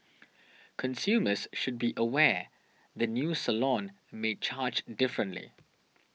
consumers should be aware the new salon may charge differently